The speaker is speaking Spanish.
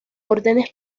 órdenes